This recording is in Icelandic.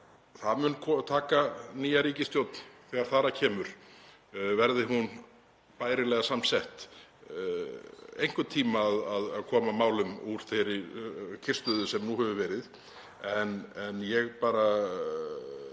Það mun taka nýja ríkisstjórn þegar þar að kemur, verði hún bærilega samsett, einhvern tíma að koma málum úr þeirri kyrrstöðu sem verið hefur.